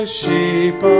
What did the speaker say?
sheep